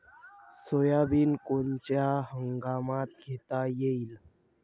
Soybean कोनच्या हंगामात घेता येईन?